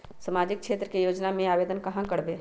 सामाजिक क्षेत्र के योजना में आवेदन कहाँ करवे?